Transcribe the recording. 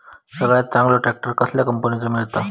सगळ्यात चांगलो ट्रॅक्टर कसल्या कंपनीचो मिळता?